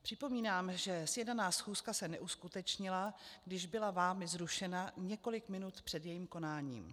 Připomínám, že sjednaná schůzka se neuskutečnila, když byla vámi zrušena několik minut před jejím konáním.